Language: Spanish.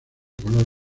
color